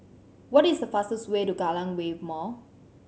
what is the fastest way to Kallang Wave Mall